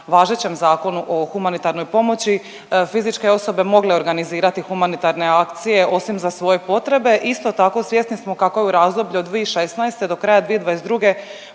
važećem Zakonu o humanitarnoj pomoći fizičke osobe mogle organizirati humanitarne akcije osim za svoje potrebe. Isto tako svjesni smo kako je u razdoblju od 2016. do kraja 2022.